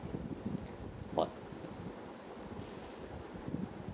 what